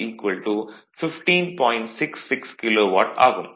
66 kilowatt ஆகும்